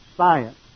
science